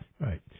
Right